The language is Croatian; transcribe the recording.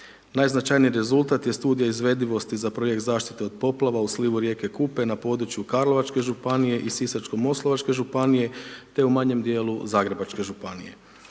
Najznačajniji rezultat je studija izvedivosti za Projekt zaštite od poplava u slivu rijeke Kupe na području Karlovačke županije i Sisačko moslavačke županije, te u manjem dijelu Zagrebačke županije.